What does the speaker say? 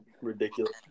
ridiculous